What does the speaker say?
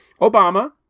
Obama